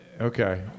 Okay